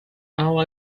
all